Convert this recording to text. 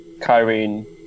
kyrene